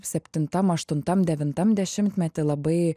septintam aštuntam devintam dešimtmety labai